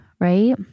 right